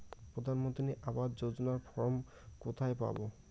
প্রধান মন্ত্রী আবাস যোজনার ফর্ম কোথায় পাব?